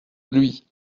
lui